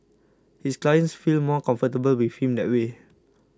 his clients feel more comfortable with him that way